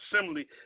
Assembly